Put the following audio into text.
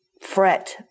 Fret